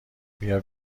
بیا